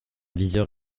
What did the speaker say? viseur